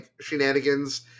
shenanigans